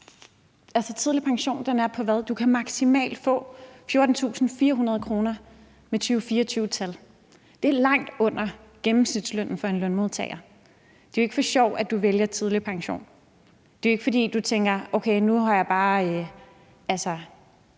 ligger tidlig pension på? Du kan maksimalt få 14.400 kr. målt i 2024. Det er langt under gennemsnitslønnen for en lønmodtager. Det er jo ikke for sjov, at man vælger tidlig pension. Det er jo ikke, fordi man på nogen måde tænker: Okay, nu har jeg bare vundet